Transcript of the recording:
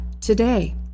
today